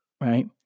right